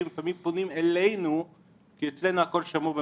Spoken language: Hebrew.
לפעמים פונים אלינו כי אצלנו הכול שמור ומתועד.